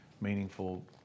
meaningful